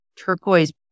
turquoise